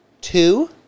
two